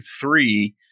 three